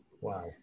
Wow